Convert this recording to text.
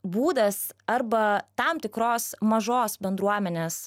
būdas arba tam tikros mažos bendruomenės